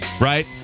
right